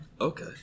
Okay